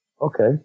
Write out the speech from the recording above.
Okay